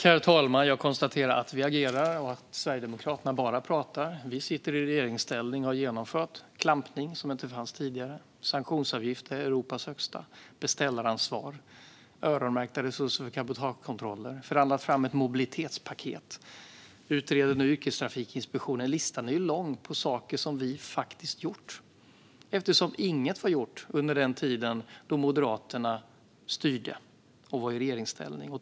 Herr talman! Jag konstaterar att vi agerar och att Sverigedemokraterna bara pratar. Vi sitter i regeringsställning och har genomfört klampning, som inte fanns tidigare. Vi har Europas högsta sanktionsavgifter, beställaransvar och öronmärkta resurser för cabotagekontroller. Vi har förhandlat fram ett mobilitetspaket. Vi utreder nu en yrkestrafikinspektion. Listan på saker som vi har gjort är lång. Inget hade ju gjorts då Moderaterna satt i regeringsställning.